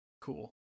cool